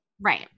Right